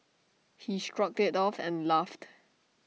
he shrugged IT off and laughed